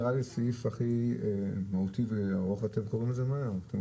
סעיף 14 מהותי וארוך, ואתם עוברים עליו מהר.